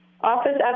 Office